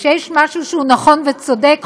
כשיש משהו שהוא נכון וצודק,